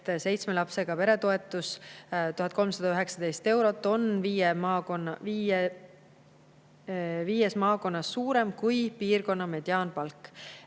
seitsme lapsega pere toetus 1319 eurot on viies maakonnas suurem kui piirkonna mediaanpalk.